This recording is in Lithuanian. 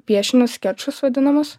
piešinius skečus vadinamus